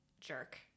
jerk